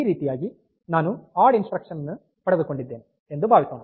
ಈ ರೀತಿಯಾಗಿ ನಾನು ಆಡ್ ಇನ್ಸ್ಟ್ರಕ್ಷನ್ ಅನ್ನು ಪಡೆದುಕೊಂಡಿದ್ದೇನೆ ಎಂದು ಭಾವಿಸೋಣ